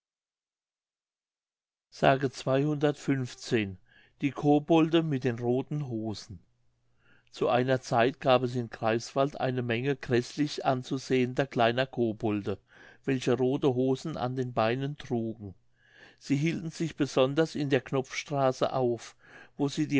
die kobolde mit den rothen hosen zu einer zeit gab es in greifswald eine menge gräßlich anzusehender kleiner kobolde welche rothe hosen an den beinen trugen sie hielten sich besonders in der knopfstraße auf wo sie